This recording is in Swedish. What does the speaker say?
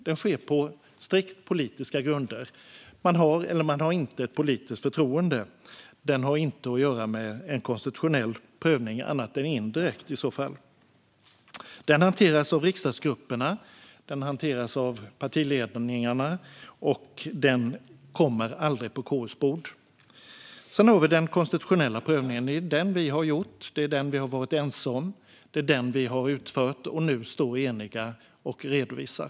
Den sker på strikt politiska grunder. Man har eller har inte politiskt förtroende. Misstroendevoteringen har inte att göra med en konstitutionell prövning, annat än indirekt i så fall. Den hanteras av riksdagsgrupperna, och den hanteras av partiledningarna. Den hamnar aldrig på KU:s bord. Sedan har vi den konstitutionella prövningen. Det är den vi har gjort. Det är den vi har varit ense om. Det är den vi har utfört och nu står eniga bakom och ska redovisa.